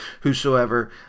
whosoever